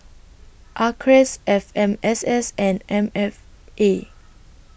Acres F M S S and M F A